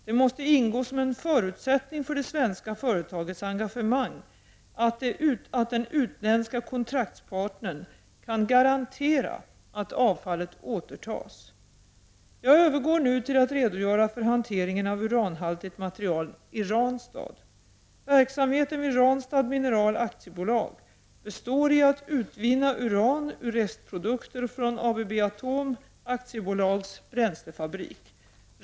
Det måste ingå som en förutsättning för det svenska företagets engagemang att den utländska kontraktspartnern kan garantera att avfallet återtas. Jag övergår nu till att redogöra för hanteringen av uranhaltigt material i Ranstad. Verksamheten vid Ranstad Mineral AB består i att utvinna uran ur restprodukter från ABB Atom AB:s bränslefabrik.